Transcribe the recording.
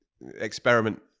experiment